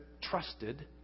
trusted